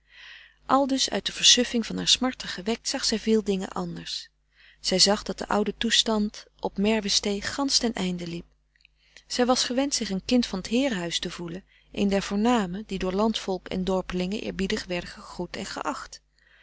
eenmaal uit de versuffing van haar smarten gewekt zag zij veel dingen anders zij zag dat de oude toestand op merwestee gansch ten einde liep zij was gewend zich een kind van t heerenhuis te voelen een der voornamen die door landvolk en dorpelingen eerbiedig werden gegroet en geacht